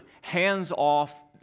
hands-off